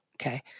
Okay